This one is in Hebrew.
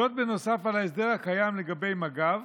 זאת נוסף על ההסדר הקיים לגבי מג"ב,